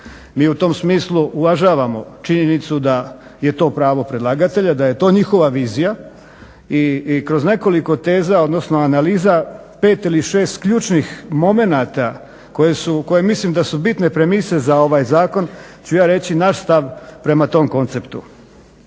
Mi u tom smislu uvažavamo činjenicu da je to pravo predlagatelja da je to njihova vizija. I kroz nekoliko teza odnosno analiza 5 ili 6 ključnih momenata koje mislim da su bitne premise za ovaj zakon ću ja reći naš stav prema tom konceptu.